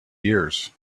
years